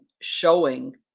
showing